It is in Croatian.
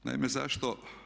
Naime, zašto?